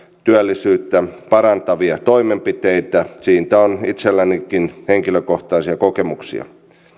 työllisyyttä parantavia toimenpiteitä siitä on itsellänikin henkilökohtaisia kokemuksia